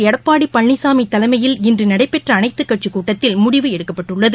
எடப்பாடி பழனிசாமி தலைமையில் இன்று நடைபெற்ற அனைத்துக் கட்சிக் கூட்டத்தில் முடிவு எடுக்கப்பட்டுள்ளது